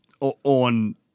on